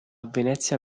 venezia